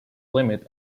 limit